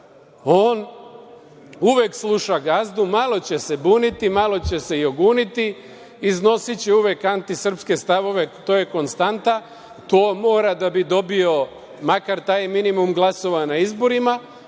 On uvek sluša gazdu, malo će se buniti, malo će se joguniti, iznosiće uvek anti-srpske stavove, to je konstanta. To mora da bi dobio makar taj minimum glasova na izborima,